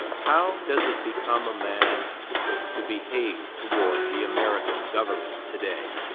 how does it become a man to behave toward the american government today?